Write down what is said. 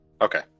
Okay